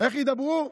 איך ידברו?